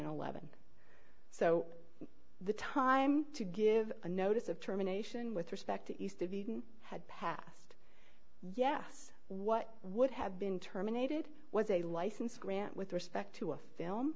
eleven so the time to give a notice of terminations with respect to east of eden had passed yes what would have been terminated was a license grant with respect to a film